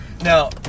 Now